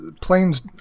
planes